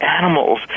animals